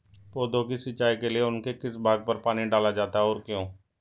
पौधों की सिंचाई के लिए उनके किस भाग पर पानी डाला जाता है और क्यों?